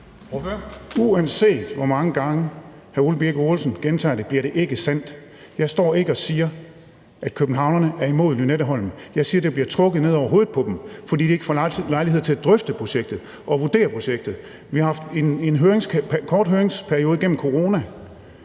Uanset hvor mange gange hr. Ole Birk Olesen gentager det, bliver det ikke sandt. Jeg står ikke og siger, at københavnerne er imod Lynetteholmen. Jeg siger, at det bliver trukket ned over hovedet på dem, fordi de ikke får lejlighed til at drøfte projektet og vurdere projektet. Vi har haft en kort høringsperiode på grund